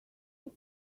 take